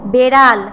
বেড়াল